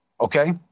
Okay